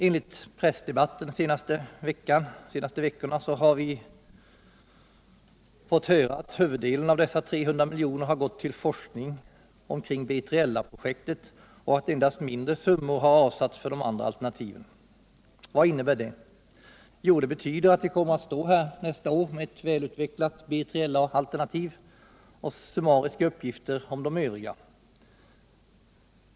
Enligt pressdebatten under de senaste veckorna har huvuddelen av dessa 300 miljoner gått till forskning kring B3LA-projektet och endast mindre summor har avsatts för de andra alternativen. Vad innebär det” Jo, det betyder att vi nästa år kommer att stå här med ett välutvecklat BJLA-alternativ och summariska uppgifter om de övriga.